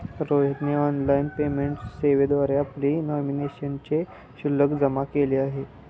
रोहितने online payment सेवेद्वारे आपली नॉमिनेशनचे शुल्क जमा केले